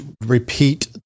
repeat